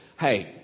Hey